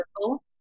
circle